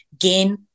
gain